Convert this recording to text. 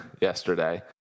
yesterday